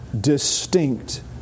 distinct